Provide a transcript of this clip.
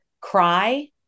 cry